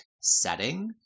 setting